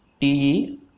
TE